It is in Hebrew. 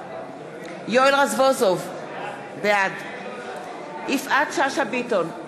יואל רזבוזוב, בעד יפעת שאשא ביטון,